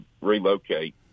relocate